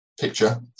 picture